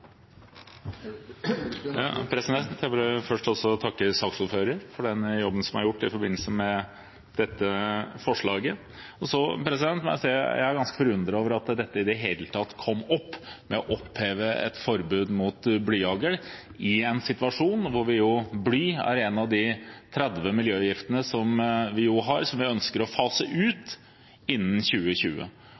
Jeg vil også først takke saksordføreren for den jobben som er gjort i forbindelse med dette forslaget. Så må jeg si at jeg er ganske forundret over at dette i det hele tatt kom opp – å oppheve et forbud mot blyhagl i en situasjon hvor bly er en av de 30 miljøgiftene vi ønsker å fase ut innen 2020.